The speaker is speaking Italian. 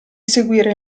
seguire